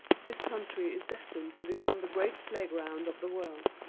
this country is destined to become the great playground of the world.